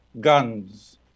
guns